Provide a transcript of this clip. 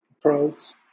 pros